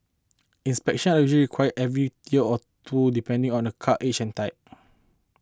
inspections are usually required every year or two depending on a car's age and type